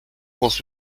was